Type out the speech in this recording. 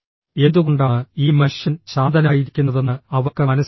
എന്തുകൊണ്ടാണ് ഈ മനുഷ്യൻ ശാന്തനായിരിക്കുന്നതെന്ന് അവർക്ക് മനസ്സിലായില്ല